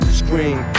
scream